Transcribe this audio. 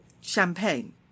champagne